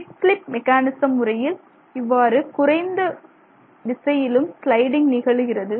stick slip mechanism முறையில் இவ்வாறு குறைந்த விலையிலும் விசையிலும் ஸ்லைடிங் நிகழுகிறது